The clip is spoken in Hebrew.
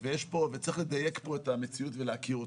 צריך לדייק פה את המציאות ולהכיר אותה.